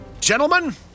Gentlemen